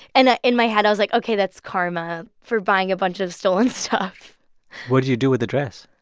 and ah in my head, i was like, ok, that's karma for buying a bunch of stolen stuff what did you do with the dress?